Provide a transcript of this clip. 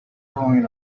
ruin